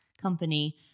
company